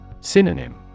Synonym